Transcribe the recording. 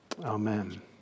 Amen